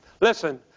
Listen